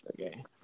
Okay